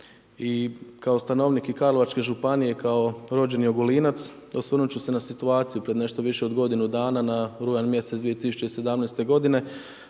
I kao stanovnik i Karlovačke županije i kao rođeni Ogulinac osvrnuti ću se na situaciju pred nešto više od godinu dana na rujan mjesec 2017. godine